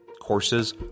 Courses